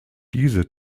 diese